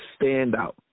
standout